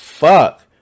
fuck